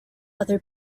other